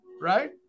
right